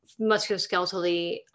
musculoskeletally